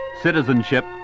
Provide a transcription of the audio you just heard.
citizenship